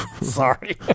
Sorry